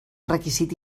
requisit